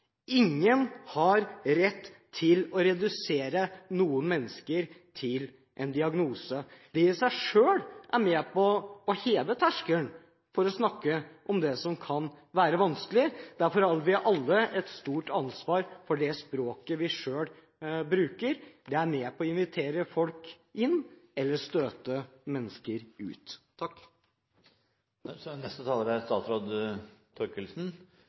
Ingen har rett til å redusere noen mennesker til en diagnose. Det i seg selv er med på å heve terskelen for å snakke om det som kan være vanskelig. Derfor har vi alle et stort ansvar, for det språket vi selv bruker, er med på å invitere folk inn eller støte mennesker ut. La meg starte med å gi ros til foregående taler.